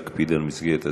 מבקש להקפיד על מסגרת הזמן,